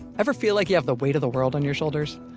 ever feel like you have the weight of the world on your shoulders?